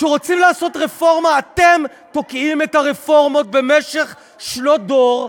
כשרוצים לעשות רפורמה אתם תוקעים את הרפורמות במשך שנות דור,